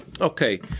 okay